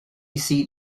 seat